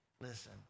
Listen